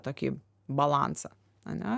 tokį balansą ane